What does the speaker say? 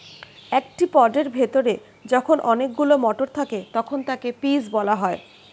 একটি পডের ভেতরে যখন অনেকগুলো মটর থাকে তখন তাকে পিজ বলা হয়